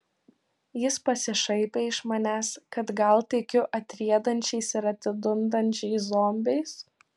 jis pasišaipė iš manęs kad gal tikiu atriedančiais ir atidundančiais zombiais